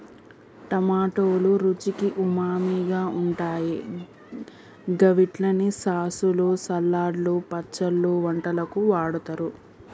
టమాటోలు రుచికి ఉమామిగా ఉంటాయి గవిట్లని సాసులు, సలాడ్లు, పచ్చళ్లు, వంటలకు వాడుతరు